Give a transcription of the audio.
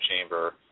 chamber